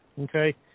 Okay